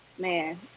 Man